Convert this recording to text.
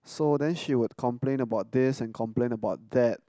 so then she would complain about this and complain about that